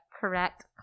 correct